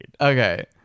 Okay